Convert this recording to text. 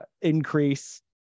increase